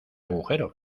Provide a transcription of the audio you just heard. agujero